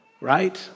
right